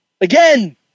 Again